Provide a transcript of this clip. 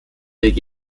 der